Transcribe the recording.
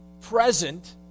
present